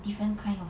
different kind of